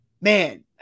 man